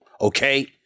Okay